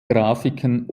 grafiken